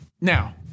Now